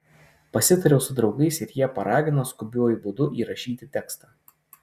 pasitariau su draugais ir jie paragino skubiuoju būdu įrašyti tekstą